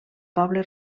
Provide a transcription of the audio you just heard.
poble